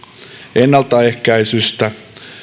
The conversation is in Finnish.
ennaltaehkäisystä